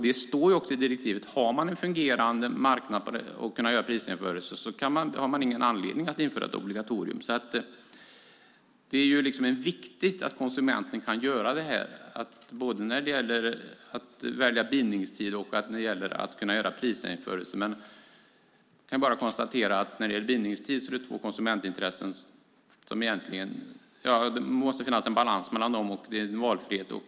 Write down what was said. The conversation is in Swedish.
Det står också i direktivet. Har man en fungerande marknad och kan göra prisjämförelser har man ingen anledning att införa ett obligatorium. Det är viktigt att konsumenten kan göra det här, både välja bindningstid och göra prisjämförelser. Jag kan bara konstatera att det när det gäller bindningstid finns två konsumentintressen. Det måste finnas en balans mellan dem. Och det är en valfrihet.